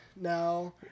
now